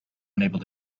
unable